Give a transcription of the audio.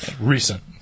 Recent